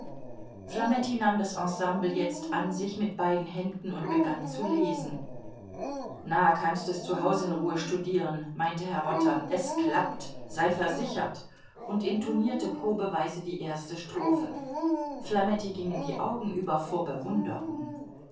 flametti nahm das ensemble jetzt an sich mit beiden händen und begann zu lesen na kannst es zuhaus in ruhe studieren meinte herr rotter es klappt sei versichert und intonierte probeweise die erste strophe flametti gingen die augen über vor bewunderung